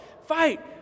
fight